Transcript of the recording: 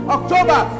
October